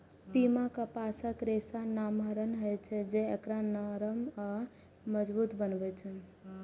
पीमा कपासक रेशा नमहर होइ छै, जे एकरा नरम आ मजबूत बनबै छै